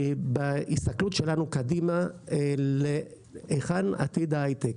בהסתכלות שלנו קדימה להיכן עתיד היי-טק.